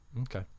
Okay